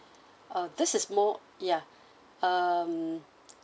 uh this is more yeah um